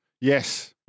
Yes